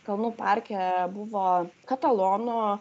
kalnų parke buvo katalonų